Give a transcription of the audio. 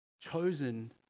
Chosen